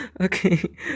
Okay